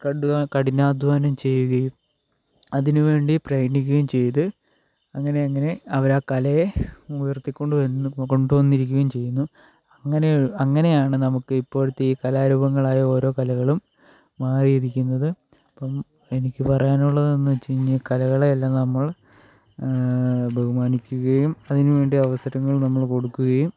കഠി കഠിനാധ്വാനം ചെയ്യുകയും അതിനു വേണ്ടി പ്രയത്നിക്കുകയും ചെയ്ത് അങ്ങനെ അങ്ങനെ അവരാ കലയെ ഉയർത്തി കൊണ്ടുവരുന്നു കൊണ്ടുവന്നിരിക്കുകയും ചെയ്യുന്നു അങ്ങനെ അങ്ങനെയാണ് നമുക്ക് ഇപ്പോഴത്തെ ഈ കലാരൂപങ്ങളായ ഓരോ കലകളും മാറിയിരിക്കുന്നത് അപ്പം എനിക്ക് പറയാനുള്ളത് എന്ന് വെച്ച് കഴിഞ്ഞാൽ ഈ കലകളെയെല്ലാം നമ്മൾ ബഹുമാനിക്കുകയും അതിനു വേണ്ടി അവസരങ്ങൾ നമ്മൾ കൊടുക്കുകയും